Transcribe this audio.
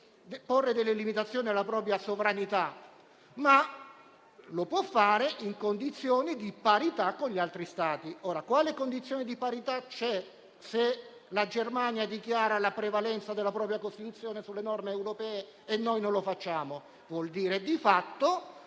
porre delle limitazioni alla propria sovranità, ma lo può fare in condizioni di parità con gli altri Stati. Quali condizioni di parità ci sono se la Germania dichiara la prevalenza della propria Costituzione sulle norme europee e noi non lo facciamo? Significa di fatto